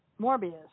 Morbius